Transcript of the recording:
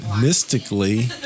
mystically